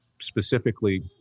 specifically